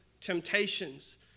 temptations